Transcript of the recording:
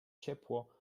ciepło